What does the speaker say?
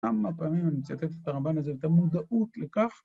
כמה פעמים אני מצטט את הרמב״ן הזה ואת המודעות לכך